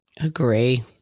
Agree